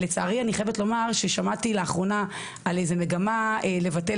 לצערי אני חייבת לומר ששמעתי לאחרונה על מגמה לבטל